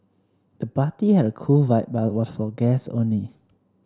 the party had a cool vibe but was for guests only